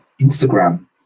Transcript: Instagram